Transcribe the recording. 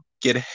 Get